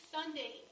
Sunday